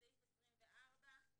בסעיף 24,